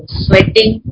sweating